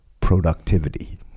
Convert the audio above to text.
productivity